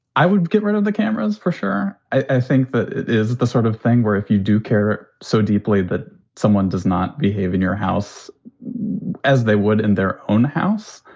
i would get rid of the cameras for sure. i think that is the sort of thing where if you do care so deeply that someone does not behave in your house as they would in their own house,